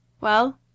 Well